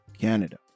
Canada